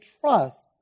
trust